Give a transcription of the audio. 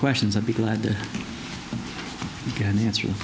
questions i'd be glad to get an answer